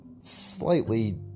slightly